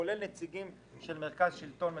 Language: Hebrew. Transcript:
כולל עם הנציגים של מרכז שלטון מקומי,